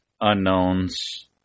unknowns